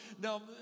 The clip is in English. now